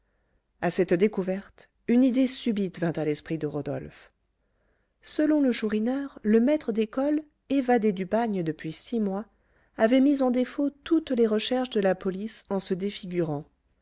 à cette découverte une idée subite vint à l'esprit de rodolphe selon le chourineur le maître d'école évadé du bagne depuis six mois avait mis en défaut toutes les recherches de la police en se défigurant